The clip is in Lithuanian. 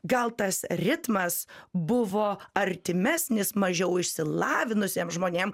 gal tas ritmas buvo artimesnis mažiau išsilavinusiem žmonėm